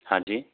हाँ जी